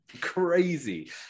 crazy